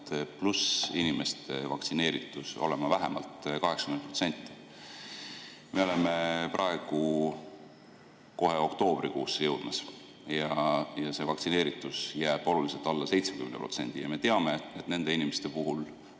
vanuses inimeste vaktsineeritus olema vähemalt 80%. Me oleme praegu kohe oktoobrikuusse jõudmas ja see näitaja jääb oluliselt alla 70%. Ja me teame, et nende inimeste puhul